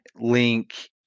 Link